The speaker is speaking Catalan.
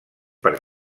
per